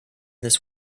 this